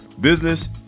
Business